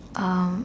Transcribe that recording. um